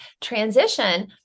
transition